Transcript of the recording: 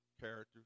character